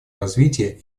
развитие